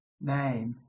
name